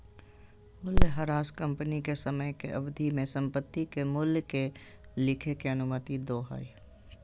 मूल्यह्रास कंपनी के समय के अवधि में संपत्ति के मूल्य के लिखे के अनुमति दो हइ